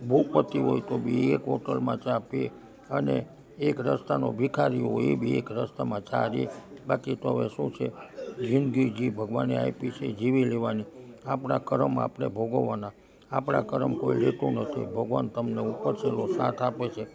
ભૂપતિ હોય તો બી એક હોટલમાં ચા પીએ અને એક રસ્તાનો ભિખારી હોય એ બી એક રસ્તામાં ચા દે બાકી તો હવે શું છે જિંદગી જે ભગવાને આપી છે જીવી લેવાની આપણા કરમ આપણે ભોગવવાના આપણા કરમ કોઈ લેતું નથી ભગવાન તમને ઉપરછલ્લો સાથ આપે છે